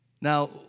Now